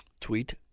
Tweet